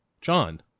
john